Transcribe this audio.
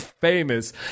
famous